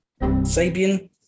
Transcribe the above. Sabian